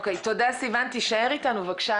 תודה, סיון, תישאר איתנו בבקשה.